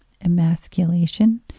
emasculation